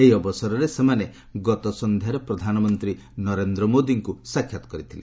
ଏହି ଅବସରରେ ସେମାନେ ଗତସନ୍ଧ୍ୟାରେ ପ୍ରଧାନମନ୍ତ୍ରୀ ନରେନ୍ଦ୍ର ମୋଦିଙ୍କୁ ସାକ୍ଷାତ କରିଥିଲେ